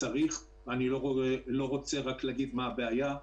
אני לא רוצה רק להגיד מה הבעיה,